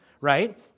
right